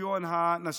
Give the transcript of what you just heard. שוויון הנשים.